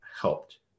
helped